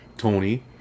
Tony